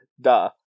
Duh